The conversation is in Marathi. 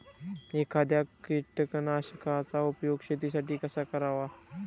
एखाद्या कीटकनाशकांचा उपयोग शेतीसाठी कसा करावा?